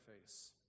face